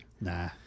Nah